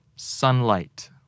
Sunlight